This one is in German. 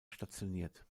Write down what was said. stationiert